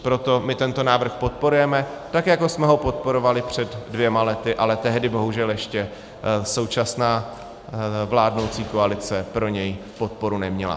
Proto my tento návrh podporujeme, tak jako jsme ho podporovali před dvěma lety, ale tehdy bohužel ještě současná vládnoucí koalice pro něj podporu neměla.